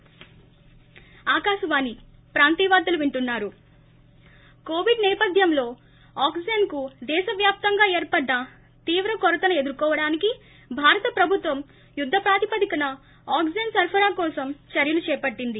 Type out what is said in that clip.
break Covid సేపథ్యంలో ఆక్సిజన్కు దేశ వ్యాప్తంగా ఏర్పడ్డ తీవ్ర కొరతను ఎదుర్కొవడానికి భాతర ప్రభుత్వం యుద్ద ప్రాతిపదికన ఆక్సిజన్ సరఫరా కోసం చర్యలు చేపట్టింది